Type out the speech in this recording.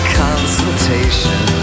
consultation